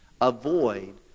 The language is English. Avoid